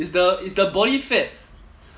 is the is the body fat